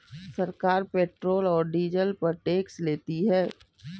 सरकार पेट्रोल और डीजल पर टैक्स लेती है